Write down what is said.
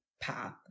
path